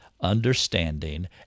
understanding